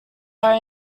are